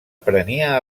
prenia